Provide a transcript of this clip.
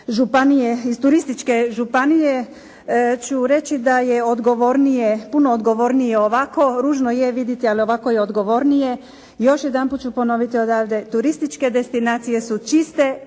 iz turističke županije, ću reći da je odgovornije, puno odgovornije ovako, ružno je vidjeti, ali ovako je odgovornije. Još jedanput ću ponoviti odavde, turističke destinacije su čiste,